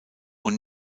und